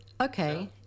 Okay